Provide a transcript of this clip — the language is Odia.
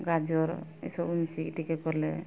ଗାଜର ଏ ସବୁ ମିଶେଇକି ଟିକେ କଲେ